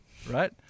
Right